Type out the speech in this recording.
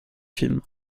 film